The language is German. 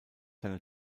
seine